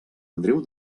andreu